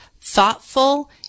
thoughtful